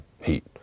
heat